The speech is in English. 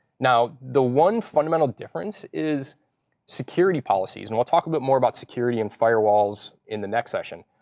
now, the one fundamental difference is security policies. and we'll talk a bit more about security and firewalls in the next session.